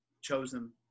chosen